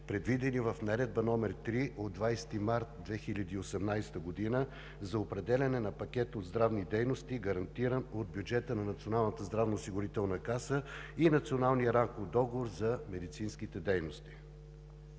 предвидени в Наредба № 3 от 20 март 2018 г. за определяне на пакет от здравни дейности, гарантиран от бюджета на Националната здравноосигурителна каса и Националния рамков договор за медицинските дейности.